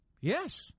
Yes